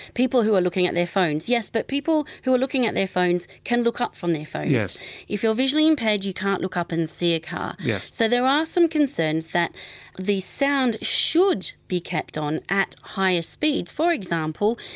people who are looking at their phones, yes, but people who are looking at their phones can look up from their phones, if you're visually impaired you can't look up and see a car. so, there are some concerns that the sound should be kept on at higher speeds, for example,